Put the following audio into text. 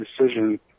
decision